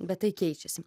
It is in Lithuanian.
bet tai keičiasi